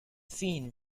fin